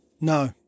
no